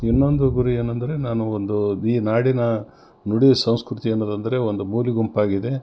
ಇನ್ನೊಂದು ಗುರಿ ಏನೆಂದ್ರೆ ನಾನು ಒಂದು ಈ ನಾಡಿನ ನುಡಿ ಸಂಸ್ಕೃತಿ ಅನ್ನೋದೆಂದ್ರೆ ಒಂದು ಮೂಲೆ ಗುಂಪಾಗಿದೆ